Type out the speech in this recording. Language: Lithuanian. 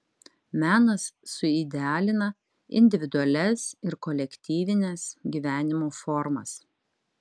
menas suidealina individualias ir kolektyvines gyvenimo formas